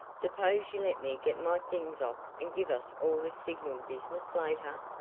suppose you let me get my things off and give us all this signal business later.